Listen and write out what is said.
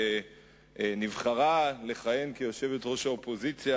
שנבחרה לכהן כיושבת-ראש האופוזיציה.